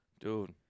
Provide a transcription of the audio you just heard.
Dude